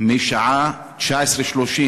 משעה 19:30,